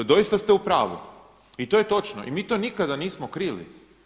Doista ste u prvu i to je točno i mi to nikada nismo krili.